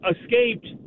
escaped